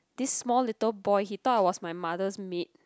this small little boy he thought I was my mother's maid